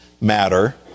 matter